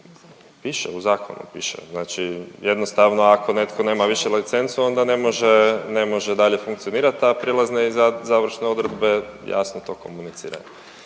Piše u zakonu, piše. Znači jednostavno, ako netko nema više licencu, onda ne može, ne može dalje funkcionirati, a prijelazne i završne odredbe jasno to komuniciraju.